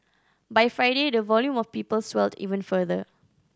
by Friday the volume of people swelled even further